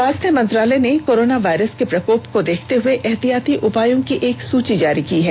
स्वास्थ्य मंत्रालय ने कोरोना वायरस के प्रकोप को देखते हुए एहतियाती उपायों की एक सूची जारी की है